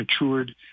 matured